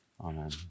amen